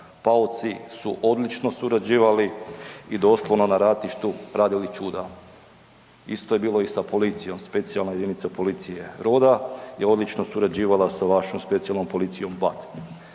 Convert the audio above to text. pauci su odlično surađivali i doslovno na ratištu radili čuda. Isto je bilo i sa policijom, Specijalna jedinica policije Roda je odlično surađivala sa vašom Specijalnom policijom Bat.